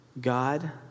God